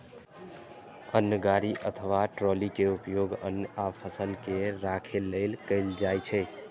अन्न गाड़ी अथवा ट्रॉली के उपयोग अन्न आ फसल के राखै लेल कैल जाइ छै